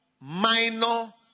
minor